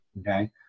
okay